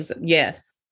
yes